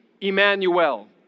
Emmanuel